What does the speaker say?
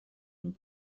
and